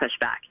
pushback